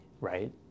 right